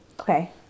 Okay